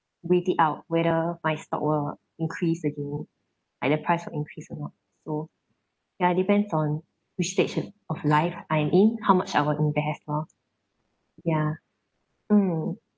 wait it out whether my stock will increase again like the price will increase or not so ya it depends on which stage of of life I'm in how much I will invest loh yeah mm